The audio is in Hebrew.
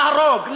להרוג,